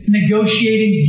negotiating